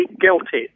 guilty